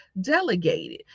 delegated